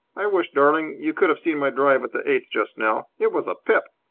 i wish, darling, you could have seen my drive at the eighth just now. it was a pip!